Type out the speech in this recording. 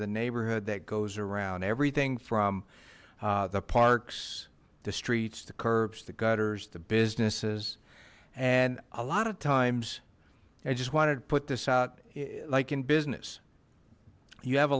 the neighborhood that goes around everything from the parks the streets the curbs the gutters the businesses and a lot of times i just wanted to put this out like in business you have a